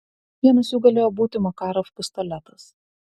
vienas jų galėjo būti makarov pistoletas